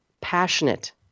passionate